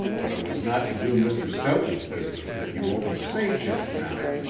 but it was not to do mr. stoughton's business that you opened the safe just now.